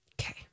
Okay